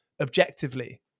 objectively